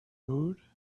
mood